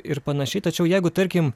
ir panašiai tačiau jeigu tarkim